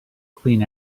clean